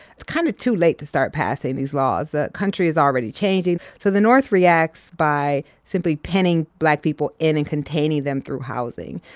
it's kind of too late to start passing these laws. the country is already changing. so the north reacts by simply penning black people in and containing them through housing.